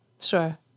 Sure